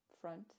Front